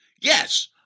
Yes